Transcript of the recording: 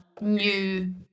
new